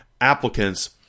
applicants